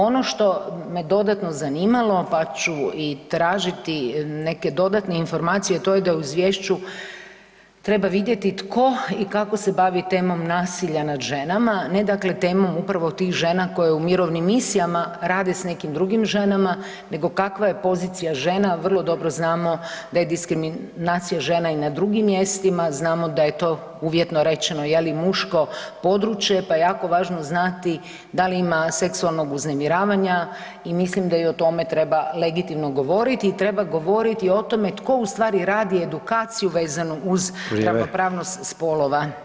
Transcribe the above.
Ono što me dodatno zanimalo, pa ću i tražiti neke dodatne informacije, to je da u izvješću treba vidjeti tko i kako se bavi temom nasilja nad ženama, ne dakle temom upravo tih žena koje u mirovnim misijama rade s nekim drugim ženama nego kakva je pozicija žena, vrlo dobro znamo da je diskriminacija žena i na drugim mjestima, znamo da je to uvjetno rečeno je li muško područje, pa je jako važno znati da li ima seksualnog uznemiravanja i mislim da i o tome treba legitimno govoriti i treba govoriti o tome tko u stvari radi edukaciju vezanu uz [[Upadica: Vrijeme]] ravnopravnost spolova.